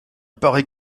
paraît